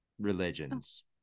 religions